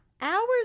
hours